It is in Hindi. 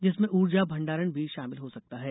जिसमें ऊर्जा भण्डारण भी शामिल हो सकता है